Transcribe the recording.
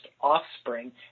offspring